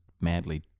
madly